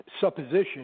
supposition